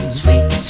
sweet